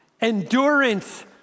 Endurance